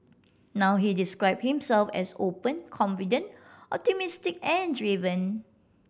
now he describe himself as open confident optimistic and driven